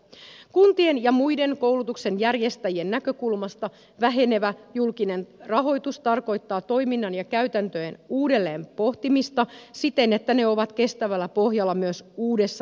kun tien ja muiden koulutuksenjärjestäjien näkökulmasta vähenevä julkinen rahoitus tarkoittaa toiminnan ja käytäntöjen uudelleenpohtimista siten että ne ovat kestävällä pohjalla myös uudessa tilanteessa